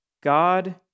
God